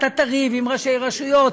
אתה תריב עם ראשי רשויות,